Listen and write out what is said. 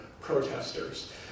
protesters